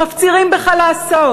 מפצירים בך לעשות,